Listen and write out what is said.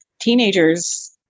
teenagers